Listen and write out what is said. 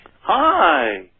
Hi